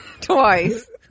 twice